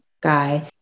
guy